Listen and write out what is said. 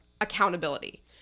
accountability